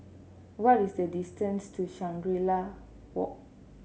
what is the distance to Shangri La Walk